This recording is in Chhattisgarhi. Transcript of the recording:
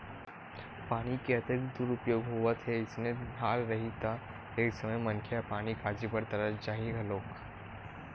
पानी के अतेक दुरूपयोग होवत हे अइसने हाल रइही त एक समे मनखे ह पानी काजी बर तरस जाही घलोक